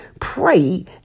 pray